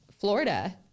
Florida